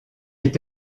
est